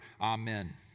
Amen